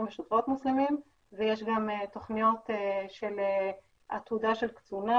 ושוטרות מוסלמים ויש גם תוכניות של עתודה של קצונה,